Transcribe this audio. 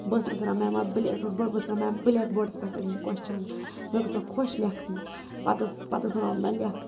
بہٕ ٲسس بیٚیہِ ٲسس بہٕ میم بٕلیک بوڈس پٮ۪ٹھ کوسچن مےٚ اوس گژھان خۄش لیٚکھن پَتہِ ٲس پَتہِ ٲس سۄ دَپان مےٚ لیٚکھ